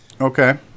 Okay